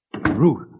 Ruth